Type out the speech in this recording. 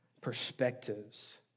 perspectives